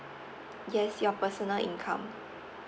yes your personal income